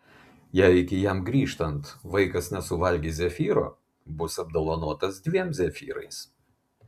jei iki jam grįžtant vaikas nesuvalgys zefyro bus apdovanotas dviem zefyrais